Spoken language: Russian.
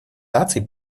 наций